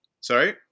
Sorry